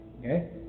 Okay